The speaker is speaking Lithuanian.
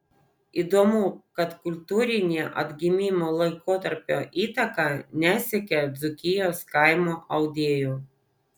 įdomu kad kultūrinė atgimimo laikotarpio įtaka nesiekė dzūkijos kaimo audėjų